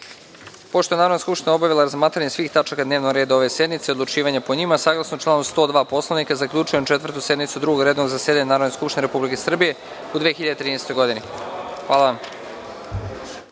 je Narodna skupština obavila razmatranje svih tačaka dnevnog reda ove sednice i odlučivanje po njima, saglasno članu 102. Poslovnika, zaključujem Četvrtu sednicu Drugog redovnog zasedanja Narodne skupštine Republike Srbije u 2013. godini.